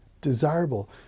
desirable